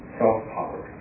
self-power